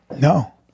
No